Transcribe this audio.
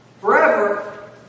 forever